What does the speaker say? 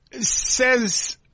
says